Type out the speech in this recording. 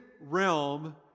realm